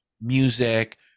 music